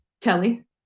Kelly